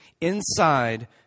inside